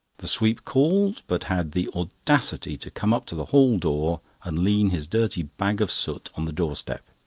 the sweep called, but had the audacity to come up to the hall-door and lean his dirty bag of soot on the door-step.